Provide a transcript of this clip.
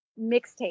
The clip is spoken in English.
mixtape